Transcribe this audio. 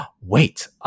wait